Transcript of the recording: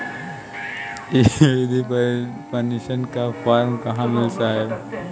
इ बृधा पेनसन का फर्म कहाँ मिली साहब?